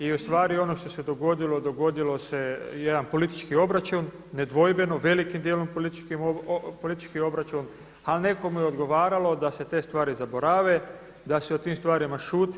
I ustvari ono što se dogodilo, dogodio se jedan politički obračun, nedvojbeno, velikim dijelom politički obračun ali nekome je odgovaralo da se te stvari zaborave, da se o tim stvarima šuti.